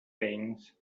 things